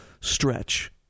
stretch